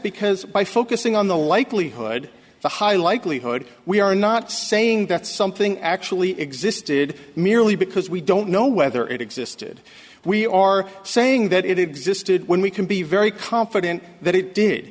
because by focusing on the likelihood of a high likelihood we are not saying that something actually existed merely because we don't know whether it existed we are saying that it existed when we can be very confident that it did